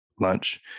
lunch